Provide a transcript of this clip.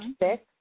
six